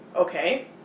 Okay